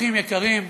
אורחים יקרים,